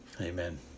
Amen